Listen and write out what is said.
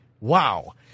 Wow